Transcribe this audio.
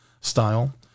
style